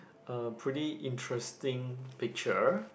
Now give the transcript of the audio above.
a pretty interesting picture